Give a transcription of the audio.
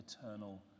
eternal